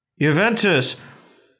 Juventus